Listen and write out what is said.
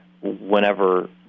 whenever